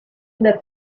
that